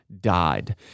died